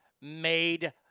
made